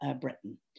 Britain